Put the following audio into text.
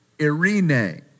irene